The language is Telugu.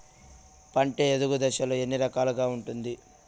పంట ఎదుగు దశలు ఎన్ని రకాలుగా ఉంటుంది?